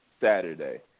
Saturday